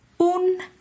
Un